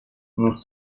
nous